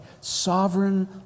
Sovereign